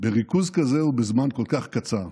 בריכוז כזה ובזמן כזה קצר.